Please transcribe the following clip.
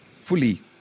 fully